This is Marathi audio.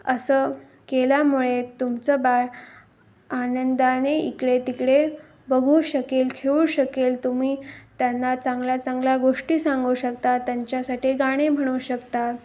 असं केल्यामुळे तुमचं बाळ आनंदाने इकडे तिकडे बघू शकेल खेळू शकेल तुम्ही त्यांना चांगल्या चांगल्या गोष्टी सांगू शकता त्यांच्यासाठी गाणे म्हणू शकता